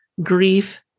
grief